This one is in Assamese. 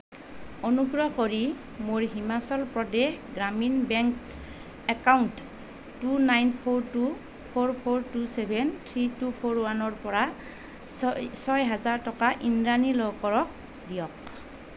অনুগ্ৰহ কৰি মোৰ Himachal Pradesh Gramin bank account two nine four two four four two seven three two four উৱানৰ পৰা ছয় ছয় হাজাৰ টকা ইন্দ্ৰাণী লহকৰক দিয়ক